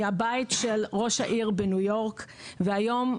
מבית ראש העיר בניו יורק והיום,